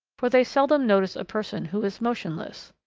for they seldom notice a person who is motionless.